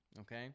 Okay